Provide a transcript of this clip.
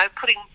putting